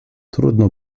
trudno